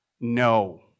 No